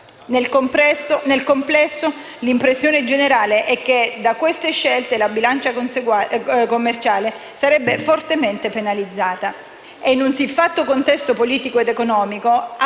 Nel complesso, l'impressione generale è che da queste scelte la bilancia commerciale sarebbe fortemente penalizzata. In un siffatto contesto politico ed economico appare